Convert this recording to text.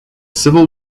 civil